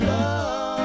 Love